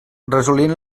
resolien